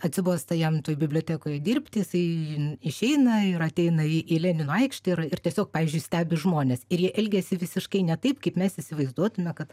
atsibosta jam toj bibliotekoje dirbti jisai išeina ir ateina į lenino aikštę ir ir tiesiog pavyzdžiui stebi žmones ir jie elgiasi visiškai ne taip kaip mes įsivaizduotume kad